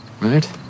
right